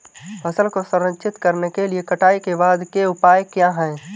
फसल को संरक्षित करने के लिए कटाई के बाद के उपाय क्या हैं?